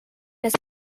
las